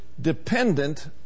dependent